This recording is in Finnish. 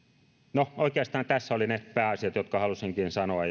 no oikeastaan tässä olivat ne pääasiat jotka halusinkin sanoa